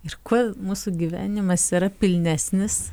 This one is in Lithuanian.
ir kuo mūsų gyvenimas yra pilnesnis